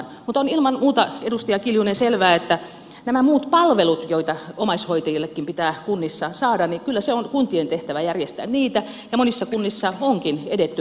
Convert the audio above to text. mutta on ilman muuta edustaja kiljunen selvää että kyllä se on kuntien tehtävä järjestää näitä muita palveluita joita omaishoitajillekin pitää kunnissa saada niin kyllä se on kuntien tehtävä järjestää ja monissa kunnissa onkin edetty näissä asioissa